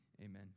Amen